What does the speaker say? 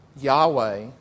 Yahweh